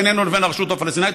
ביננו לבין הרשות הפלסטינית,